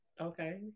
Okay